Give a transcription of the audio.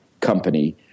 company